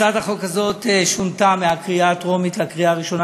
הצעת החוק הזאת שונתה מהקריאה הטרומית לקריאה ראשונה,